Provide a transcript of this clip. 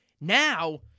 Now